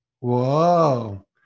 whoa